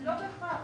לא בהכרח.